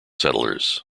settlers